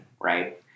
Right